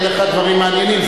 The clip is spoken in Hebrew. יהיו לך דברים מעניינים.